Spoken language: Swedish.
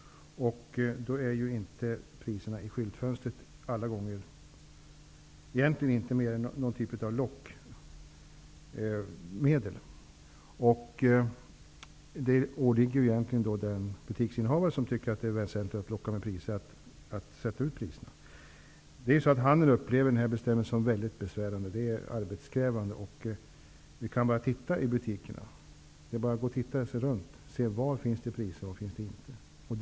Priserna i skyltfönstret är egentligen inget mer än ett slags lockmedel. Det åligger den butiksinnehavare som tycker att det är väsentligt att locka med priser, att sätta ut priserna. Inom handeln upplever man denna bestämmelse som besvärande. Det är arbetskrävande. Vi kan bara se oss om i butikerna, och se var det finns priser och var det inte finns.